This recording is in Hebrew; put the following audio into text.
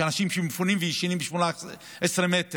יש אנשים שמפונים וישנים ב-18 מטר,